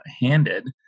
handed